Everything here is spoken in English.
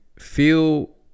feel